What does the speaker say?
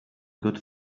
good